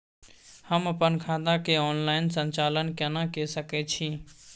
हम अपन खाता के ऑनलाइन संचालन केना के सकै छी?